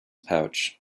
pouch